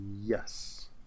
Yes